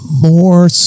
more